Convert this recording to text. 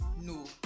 No